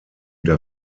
der